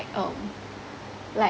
um like